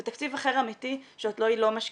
ותקציב אחר אמיתי שאותו היא לא משקיפה,